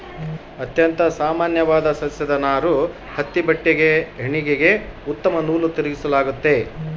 ಅತ್ಯಂತ ಸಾಮಾನ್ಯವಾದ ಸಸ್ಯದ ನಾರು ಹತ್ತಿ ಬಟ್ಟೆಗೆ ಹೆಣಿಗೆಗೆ ಉತ್ತಮ ನೂಲು ತಿರುಗಿಸಲಾಗ್ತತೆ